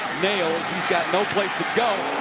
nails. he's got no place to go.